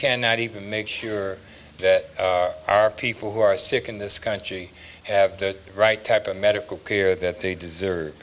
cannot even make sure that our people who are sick in this country have the right type of medical care that they deserve